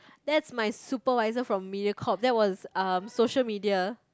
that's my supervisor from Mediacorp that was um social media